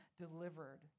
delivered